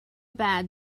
bad